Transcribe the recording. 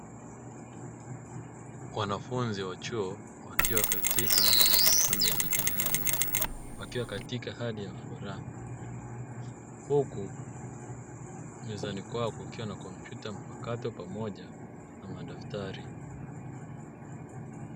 Wanafunzi wa chuo wakiwa katika majadiliano wakiwa katika hali ya furaha huku mezani kwao kukiwa na kompyuta mpakato pamoja na madaftari.